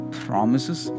promises